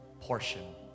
portion